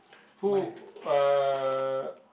who uh